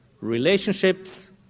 relationships